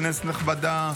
כנסת נכבדה,